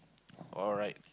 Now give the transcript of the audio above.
alright